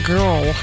Girl